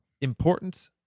important